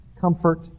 comfort